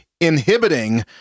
inhibiting